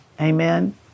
amen